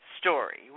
story